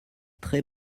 très